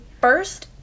first